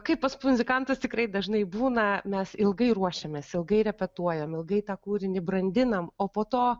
kaip pas muzikantus tikrai dažnai būna mes ilgai ruošiamės ilgai repetuojam ilgai tą kūrinį brandinam o po to